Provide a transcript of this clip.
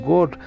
God